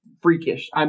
freakish